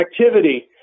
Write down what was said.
activity